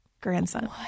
grandson